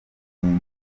aribyo